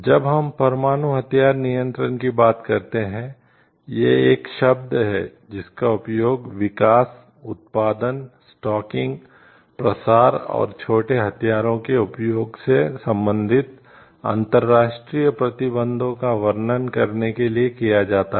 जब हम परमाणु हथियार नियंत्रण की बात करते हैं यह एक शब्द है जिसका उपयोग विकास उत्पादन स्टॉकिंग प्रसार और छोटे हथियारों के उपयोग से संबंधित अंतर्राष्ट्रीय प्रतिबंधों का वर्णन करने के लिए किया जाता है